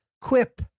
Quip